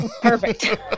Perfect